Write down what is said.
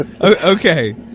Okay